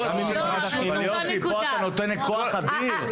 אבל פה אתה נותן כוח אדיר.